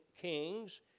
kings